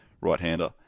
right-hander